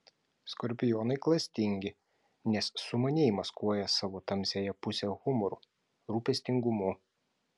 skorpionai klastingi nes sumaniai maskuoja savo tamsiąją pusę humoru rūpestingumu